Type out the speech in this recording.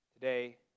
today